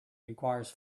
requires